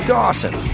Dawson